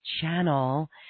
channel